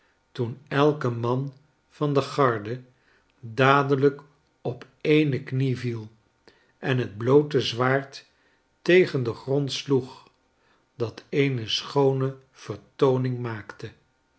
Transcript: toen elk man van de garde dadelijk op eene knie viel en het bloote zwaard tegen den grond sloeg dat eene schoone vertooning maakte